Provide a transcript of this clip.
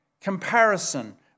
comparison